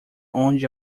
onde